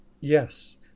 Yes